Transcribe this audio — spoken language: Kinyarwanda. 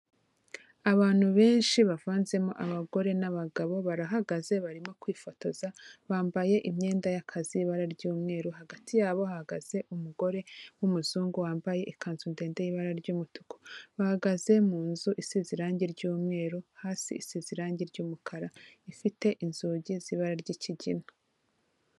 Abantu benshi bavanzemo abagore n'abagabo, barahagaze barimo kwifotoza, bambaye imyenda y'akazi ibara ry'umweru, hagati yabo hahagaze umugore w'umuzungu, wambaye ikanzu ndende y'ibara ry'umutuku, bahagaze mu nzu isize irangi ry'umweru, hasi isize irangi ry'umukara ifite inzugi z'ibara ry'ikigina.